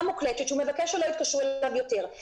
מוקלטת שהוא מבקש שלא יתקשרו אליו יותר.